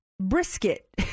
brisket